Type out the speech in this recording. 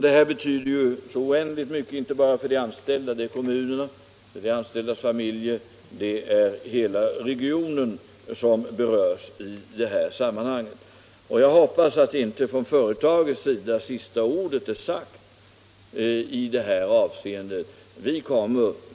Detta betyder ju oändligt mycket inte bara för de anställda, utan också för kommunerna, för de anställdas familjer och för hela regionen. Jag hoppas att inte sista ordet är sagt från företagets sida i detta avseende.